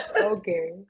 Okay